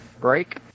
Break